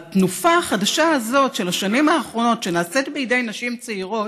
התנופה החדשה הזאת של השנים האחרונות שנעשית בידי נשים צעירות,